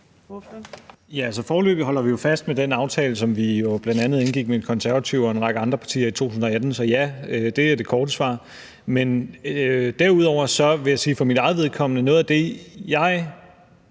Foreløbig holder vi jo fast i den aftale, som vi bl.a. indgik med De Konservative og en række andre partier i 2018. Så ja, det er det korte svar. Men derudover vil jeg sige: For mit eget vedkommende har jeg